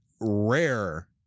rare